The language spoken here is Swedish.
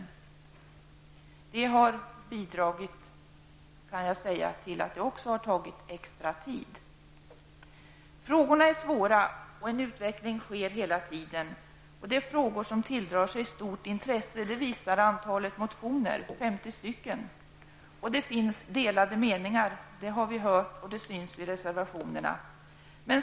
Även detta har bidragit till att arbetet har tagit extra tid. Frågorna är svåra, och en utveckling sker hela tiden. Detta är frågor som tilldrar sig stort intresse, vilket framgår av antalet motioner, 50 stycken. Det finns delade meningar. Det har vi hört, och det syns i reservationerna.